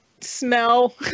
Smell